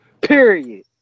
Period